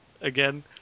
again